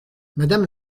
madame